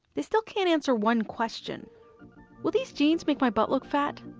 they still can't answer one question will these jeans make my butt look fat?